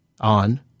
on